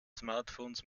smartphones